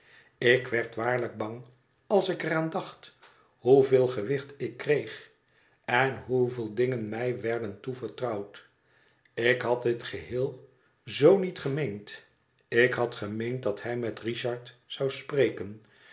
ik werd waarlijk bang als ik er aan dacht hoeveel gewicht ik kreeg en hoeveel dingen mij werden toevertrouwd ik had dit geheel zoo niet gemeend ik had gemeend dat hij met richard zou spreken